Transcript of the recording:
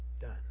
done